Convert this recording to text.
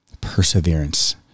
perseverance